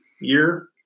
year